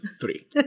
three